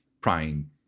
prying